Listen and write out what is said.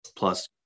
Plus